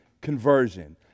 conversion